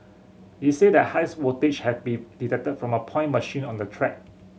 he said that highs voltage had been detected from a point machine on the track